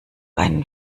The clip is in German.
einen